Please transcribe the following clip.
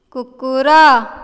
କୁକୁର